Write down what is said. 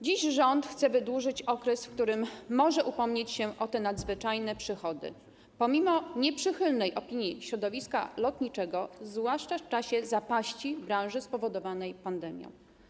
Dziś rząd chce wydłużyć okres, w którym może upomnieć się o te nadzwyczajne przychody, pomimo nieprzychylnej opinii środowiska lotniczego, zwłaszcza w czasie zapaści branży spowodowanej pandemią.